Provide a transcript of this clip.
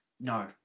No